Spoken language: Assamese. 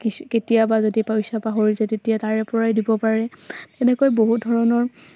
কিছু কেতিয়াবা যদি পইচা পাহৰি যায় তেতিয়া তাৰে পৰাই দিব পাৰে তেনেকৈ বহু ধৰণৰ